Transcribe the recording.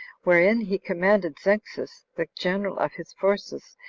wherein he commanded zenxis, the general of his forces,